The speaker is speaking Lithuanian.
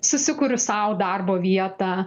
susikuriu sau darbo vietą